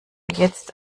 jetzt